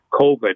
COVID